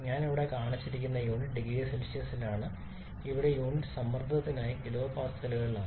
ഞാൻ ഇവിടെ കാണിച്ചിട്ടില്ല യൂണിറ്റ് ഡിഗ്രി സെൽഷ്യസിലാണ് ഇവിടെ യൂണിറ്റ് സമ്മർദ്ദത്തിനായി കിലോപാസ്കലുകളിലാണ്